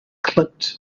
clipped